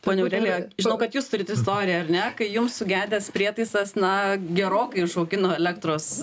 ponia aurelija žinau kad jūs turit istoriją ar ne kai jums sugedęs prietaisas na gerokai išaugino elektros